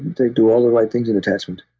they do all the right things in attachment.